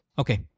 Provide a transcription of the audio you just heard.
okay